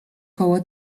koło